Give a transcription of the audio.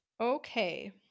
Okay